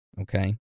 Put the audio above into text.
okay